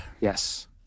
Yes